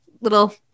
little